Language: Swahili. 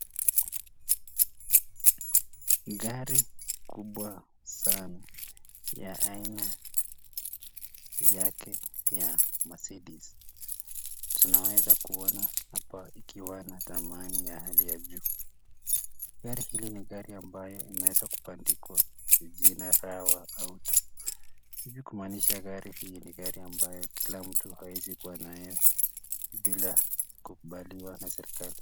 Gari kubwa sana ya aina yake ya Mercedes. Tunaweza kuona hapa ikiwa na thamani ya hali ya juu. Gari hili ni gari ambayo imeweza kupandikwa jina rawa auto. Hivi kumaanisha gari hii ni gari ambayo kila mtu hawezi kuwa nayo bila kukubaliwa na serikali.